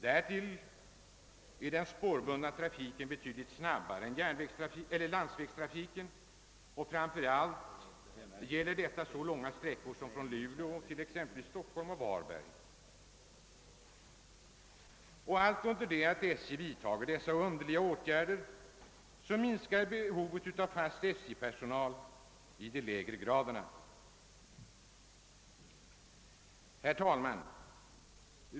Därtill är den spårbundna trafiken mycket snabbare än landsvägstrafiken; framför allt gäller detta långa sträckor som exempelvis från Luleå till Stockholm och Varberg. Alltmedan SJ vidtar dessa underliga åtgärder minskar behovet av fast SJ-personal i de lägre graderna. Herr talman!